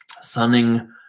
sunning